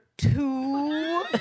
Two